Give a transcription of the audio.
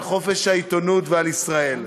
על חופש העיתונות ועל ישראל.